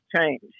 change